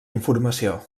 informació